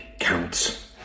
counts